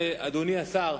אדוני השר,